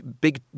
big